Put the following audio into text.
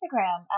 Instagram